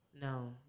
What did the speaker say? No